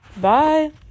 Bye